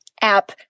app